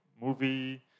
movie